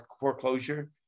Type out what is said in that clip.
foreclosure